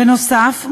בנוסף,